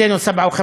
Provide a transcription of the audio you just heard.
בסופו של דבר.